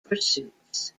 pursuits